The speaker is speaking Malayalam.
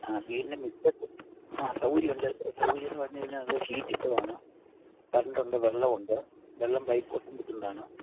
ആ വീടിൻറ്റെ മുറ്റത്ത് ആ സൗകര്യമുണ്ട് സൗകര്യം എന്ന് പറഞ്ഞ് കഴിഞ്ഞാൽ അത് ഷീറ്റിട്ടതാണ് കരണ്ടൊണ്ട് വെള്ളമുണ്ട് വെള്ളം പൈപ്പ് വെള്ളം കിട്ടുന്നതാണ്